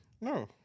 No